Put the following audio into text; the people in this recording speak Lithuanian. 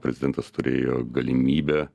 prezidentas turėjo galimybę